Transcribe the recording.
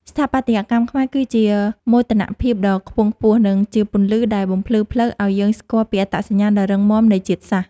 ស្ថាបត្យកម្មខ្មែរគឺជាមោទនភាពដ៏ខ្ពង់ខ្ពស់ និង ជាពន្លឺដែលបំភ្លឺផ្លូវឱ្យយើងស្គាល់ពីអត្តសញ្ញាណដ៏រឹងមាំនៃជាតិសាសន៍។